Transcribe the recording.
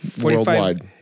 Worldwide